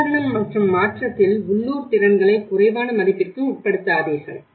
நிவாரணம் மற்றும் மாற்றத்தில் உள்ளூர் திறன்களைக் குறைவான மதிப்பிற்கு உட்படுத்தாதீர்கள்